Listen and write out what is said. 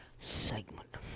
segment